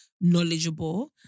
knowledgeable